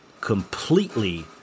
Completely